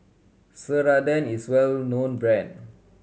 Ceradan is a well known brand